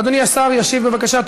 אדוני השר ישיב בבקשה.